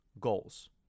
goals